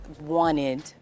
wanted